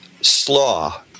slaw